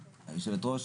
כן.